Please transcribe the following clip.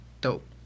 dope